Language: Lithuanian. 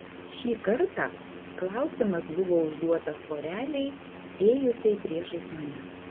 ši kartą klausimas buvo užduotas porelei ėjusiai priešais mane